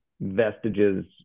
vestiges